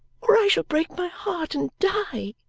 or i shall break my heart and die.